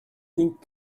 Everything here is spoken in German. ding